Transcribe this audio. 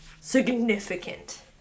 significant